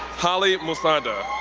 holly musonda,